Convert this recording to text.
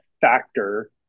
factor